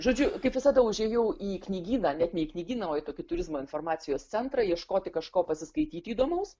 žodžiu kaip visada užėjau į knygyną net ne į knygyną o į tokį turizmo informacijos centrą ieškoti kažko pasiskaityti įdomaus